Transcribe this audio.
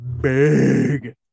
big